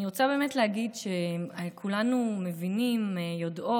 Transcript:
אני רוצה להגיד שכולנו יודעות,